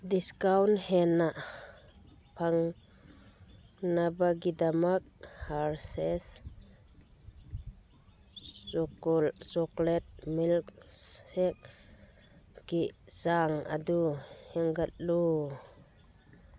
discount ꯍꯦꯟꯅ ꯐꯪꯅꯕꯒꯤꯗꯃꯛ Hershey's chocolate milk ꯁꯦꯛꯀꯤ ꯆꯥꯡ ꯑꯗꯨ ꯍꯦꯟꯒꯠꯂꯨ